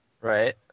right